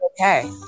okay